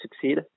succeed